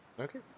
Okay